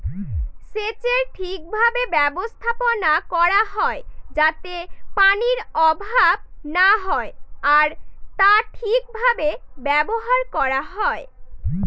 সেচের ঠিক ভাবে ব্যবস্থাপনা করা হয় যাতে পানির অভাব না হয় আর তা ঠিক ভাবে ব্যবহার করা হয়